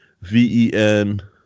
V-E-N